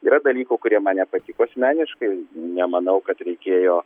yra dalykų kurie man nepatiko asmeniškai nemanau kad reikėjo